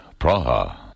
Praha